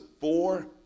four